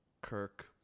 Kirk